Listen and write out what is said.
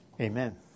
Amen